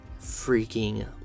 freaking